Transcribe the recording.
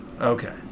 Okay